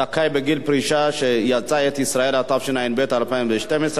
(זכאי בגיל פרישה שיצא את ישראל), התשע"ב 2012,